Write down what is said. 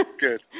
good